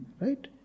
Right